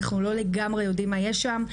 אנחנו לא לגמרי יודעים מה יש שם.